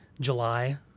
July